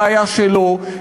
בעיה שלו,